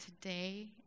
today